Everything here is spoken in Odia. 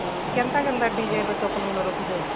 ହଁ କେନ୍ତା କେନ୍ତା ଡିଜାଇନ୍ର ଚପଲ ମାନ ରଖିଛ